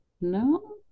No